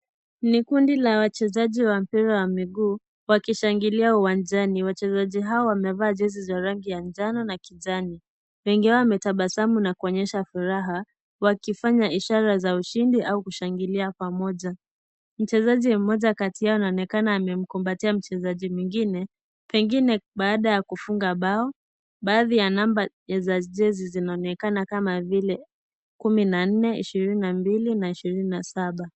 Ni kundi la wachezaji wa mpira wa miguu wakishangilia uwanjani. Wachezaji hao wamevaa jezi za rangi ya njano na kijani. Wengi wametabasamu na kuonyesha furaha, wakifanya ishara za ushindi au kushangilia pamoja. Mchezaji mmoja kati yao anaonekana amemkumbatia mchezaji mwingine pengine baada ya kufunga bao baadhi ya number ya jezi zinaonekana kama vile 14, 22 na ishirini na saba.